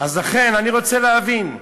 לכן, אני רוצה להבין.